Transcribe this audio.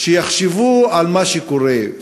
יחשבו על מה שקורה,